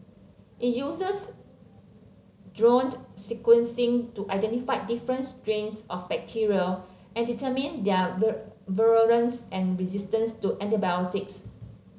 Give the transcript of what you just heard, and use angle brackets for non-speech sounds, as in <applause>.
it uses <unintelligible> sequencing to identify different strains of bacteria and determine their <unintelligible> virulence and resistance to antibiotics